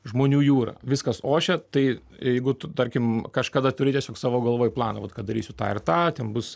žmonių jūra viskas ošia tai jeigu tu tarkim kažkada turi tiesiog savo galvoj planą vat kad darysiu tą ir tą ten bus